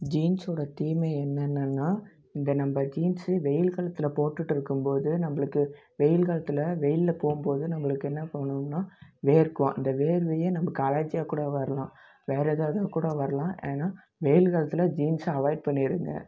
ஜீன்ஸோடய தீமை என்னென்னன்னால் இந்த நம்ம ஜீன்ஸு வெயில் காலத்தில் போட்டுகிட்டு இருக்கும்போது நம்மளுக்கு வெயில் காலத்தில் வெயிலில் போகும்போது நம்மளுக்கு என்ன தோணும்னால் வேர்க்கும் அந்த வேர்வையே நமக்கு அலர்ஜியாக கூட வரலாம் வேற எதாவது கூட வரலாம் ஏன்னால் வெயில் காலத்தில் ஜீன்ஸை அவாய்ட் பண்ணிடுங்க